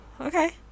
Okay